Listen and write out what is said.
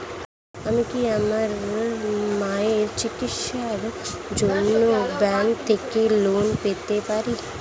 আমি কি আমার মায়ের চিকিত্সায়ের জন্য ব্যঙ্ক থেকে লোন পেতে পারি?